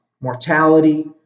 mortality